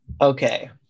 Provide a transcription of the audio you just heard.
okay